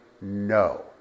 no